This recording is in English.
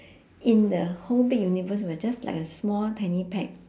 in the whole big universe we're just like a small tiny peck